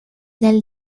del